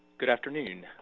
good afternoon.